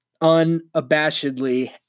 unabashedly